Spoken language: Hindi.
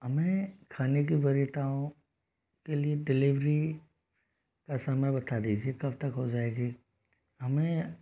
हमें खाने की के लिए डिलेवरी का समय बता दीजिए कब तक हो जाएगी हमें